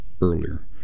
earlier